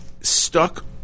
stuck